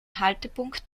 haltepunkt